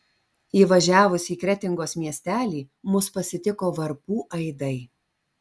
įvažiavus į kretingos miestelį mus pasitiko varpų aidai